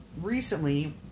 recently